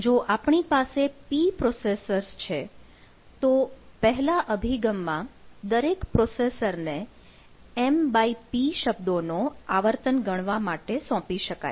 જો આપણી પાસે p પ્રોસેસર્સ છે તો પહેલા અભિગમમાં દરેક પ્રોસેસર ને mp શબ્દોનો આવર્તન ગણવા માટે સોંપી શકાય